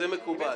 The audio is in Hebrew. זה מקובל.